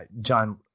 John